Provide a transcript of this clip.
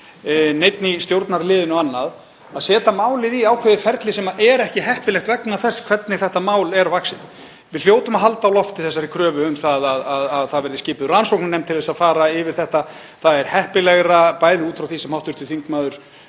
neinn í stjórnarliðinu eða annað, að setja málið í ákveðið ferli sem er ekki heppilegt vegna þess hvernig þetta mál er vaxið. Við hljótum að halda á lofti þeirri kröfu um að það verði skipuð rannsóknarnefnd til að fara yfir þetta. Það er heppilegra, bæði út frá því sem hv. þm.